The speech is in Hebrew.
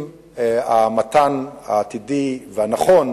עם המתן העתידי והנכון